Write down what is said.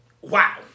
wow